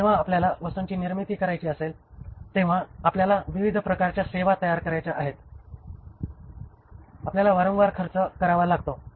जेव्हा आपल्याला वस्तूंची निर्मिती करायची असेल तेव्हा आपल्याला विविध प्रकारच्या सेवा तयार करायच्या आहेत आपल्याला वारंवार खर्च करावा लागतो